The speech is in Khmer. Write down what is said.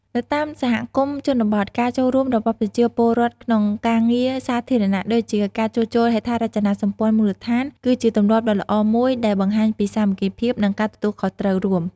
នៅតាមសហគមន៍ជនបទ ការចូលរួមរបស់ប្រជាពលរដ្ឋក្នុងការងារសាធារណៈ ដូចជាការជួសជុលហេដ្ឋារចនាសម្ព័ន្ធមូលដ្ឋាន គឺជាទម្លាប់ដ៏ល្អមួយដែលបង្ហាញពីសាមគ្គីភាព និងការទទួលខុសត្រូវរួម។